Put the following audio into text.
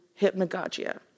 hypnagogia